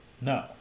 No